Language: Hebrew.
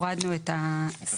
הורדנו את הסיפא.